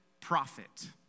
prophet